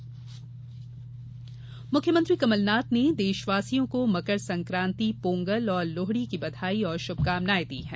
CM बधाई मुख्यमंत्री कमलनाथ ने देशवासियों को मकर संकांति पोंगल और लोहड़ी की बधाई और शुभकामनाएं दी हैं